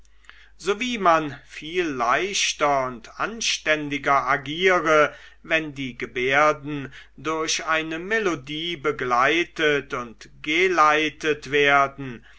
so wie man viel leichter und anständiger agiere wenn die gebärden durch eine melodie begleitet und geleitet werden